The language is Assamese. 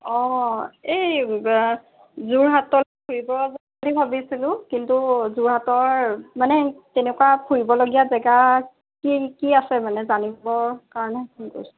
অঁ এই যোৰহাটত ফুৰিব বুলি ভাবিছিলোঁ কিন্তু যোৰহাটৰ মানে তেনেকুৱা ফুৰিবলগীয়া জেগা কি কি আছে মানে জানিবৰ কাৰণে ফোন কৰিছিলোঁ